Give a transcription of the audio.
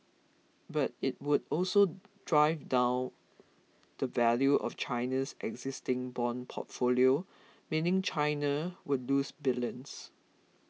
but it would also drive down the value of China's existing bond portfolio meaning China would lose billions